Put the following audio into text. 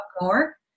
more